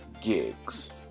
gigs